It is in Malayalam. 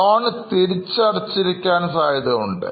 Loan തിരിച്ചടച്ച് ഇരിക്കാൻ സാധ്യത ഉണ്ട്